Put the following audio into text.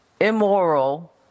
immoral